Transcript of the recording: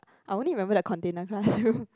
I only remember the container classroom